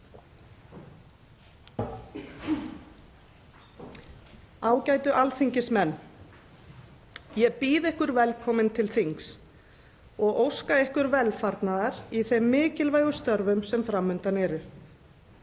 Ágætu alþingismenn. Ég býð ykkur velkomna til þings og óska ykkur velfarnaðar í þeim mikilvægu störfum sem fram undan eru.